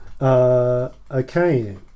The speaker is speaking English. Okay